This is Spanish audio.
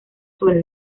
sobre